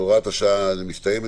הוראת השעה מסתיימת